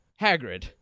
Hagrid